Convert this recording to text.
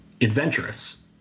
adventurous